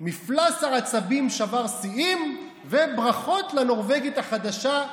מפלס העצבים שבר שיאים, וברכות לנורבגית החדשה.